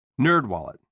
NerdWallet